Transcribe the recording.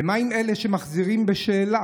ומה עם אלה שמחזירים בשאלה?